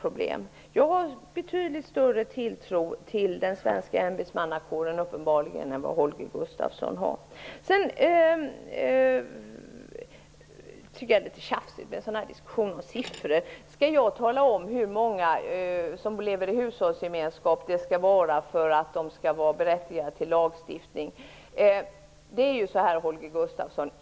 Jag har uppenbarligen betydligt större tilltro till den svenska ämbetsmannakåren än vad Holger Jag tycker att det är litet tjafsigt med sådana här diskussioner om siffror. Skall jag tala om hur många det skall vara som lever i hushållsgemenskap för att de skall vara berättigade till en lagstiftning?